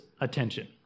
attention